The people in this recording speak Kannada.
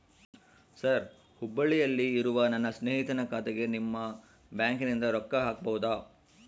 ಸರ್ ಹುಬ್ಬಳ್ಳಿಯಲ್ಲಿ ಇರುವ ನನ್ನ ಸ್ನೇಹಿತನ ಖಾತೆಗೆ ನಿಮ್ಮ ಬ್ಯಾಂಕಿನಿಂದ ರೊಕ್ಕ ಹಾಕಬಹುದಾ?